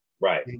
right